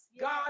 God